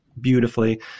beautifully